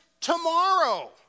tomorrow